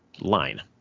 line